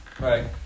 Right